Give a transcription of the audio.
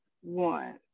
one